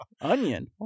Onion